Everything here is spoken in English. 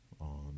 on